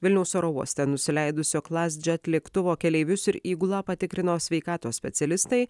vilniaus oro uoste nusileidusio klasjet lėktuvo keleivius ir įgulą patikrino sveikatos specialistai